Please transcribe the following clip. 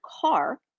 car